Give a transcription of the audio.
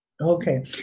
Okay